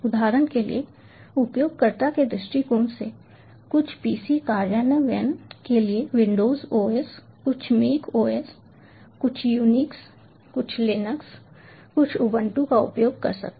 उदाहरण के लिए उपयोगकर्ता के दृष्टिकोण से कुछ PC कार्यान्वयन के लिए विंडोज ओएस कुछ मैक ओएस कुछ यूनिक्स कुछ लिनक्स कुछ उबंटू का उपयोग कर सकते हैं